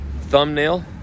thumbnail